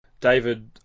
David